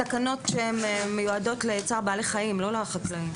אלה תקנות שמיועדות לצער בעלי חיים ולא לחקלאים.